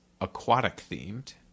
aquatic-themed